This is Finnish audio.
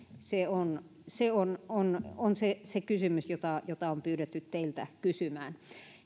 se on on se se kysymys jota jota on pyydetty teiltä kysymään